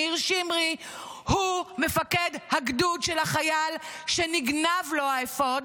ניר שמרי הוא מפקד הגדוד של החייל שנגנב לו האפוד,